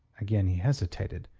again he hesitated,